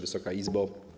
Wysoka Izbo!